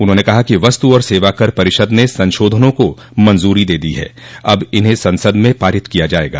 उन्होंने कहा कि वस्तु और सेवाकर परिषद ने संशोधनों को मंजूरी दे दी है अब इन्हें संसद में पारित किया जाएगा